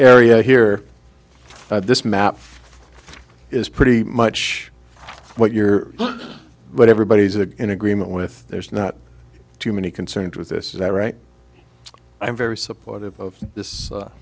area here this map is pretty much what you're what everybody's a in agreement with there's not too many concerns with this is that right i'm very supportive of this